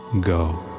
go